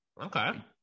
okay